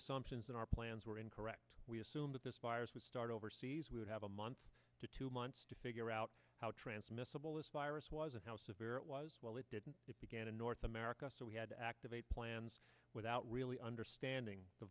assumptions in our plans were incorrect we assume that this virus would start overseas we would have a month to two months to figure out how transmissible this virus was and how severe it was well it didn't it began in north america so we had to activate plans without really understanding the